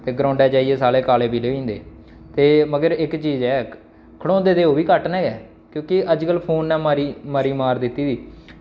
ते ग्राउंडा च जाइयै सारे काले पीले होई जंदे ते मगर इक चीज़ ऐ खढ़ौंदे ते ओह् बी घट्ट गै न क्योंकि अज्जकल फोन ने मारी मती मार दित्ती दी